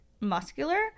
muscular